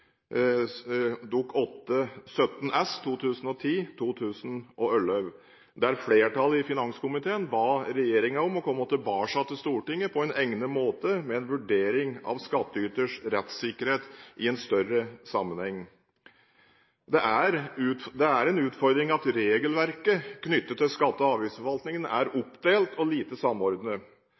S for 2010–2011. Flertallet i finanskomiteen ba den gang regjeringen om å komme tilbake til Stortinget på en egnet måte med en vurdering av skatteyters rettssikkerhet i en større sammenheng. Det er en utfordring at regelverket knyttet til skatte- og avgiftsforvaltningen er oppdelt og lite samordnet.